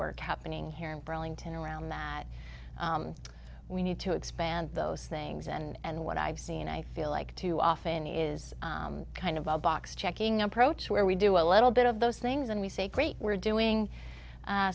work happening here in burlington around that we need to expand those things and what i've seen i feel like too often is kind of a box checking approach where we do a little bit of those things and we say great we're doing